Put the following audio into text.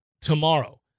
tomorrow